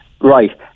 Right